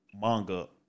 manga